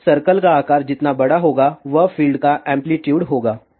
तो सर्कल का आकार जितना बड़ा होगा वह फील्ड का एम्पलीटूड होगा